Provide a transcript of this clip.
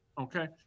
Okay